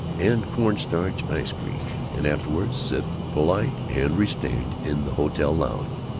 and cornstarch ice cream, and afterward sit, polite and restrained, in the hotel lounge,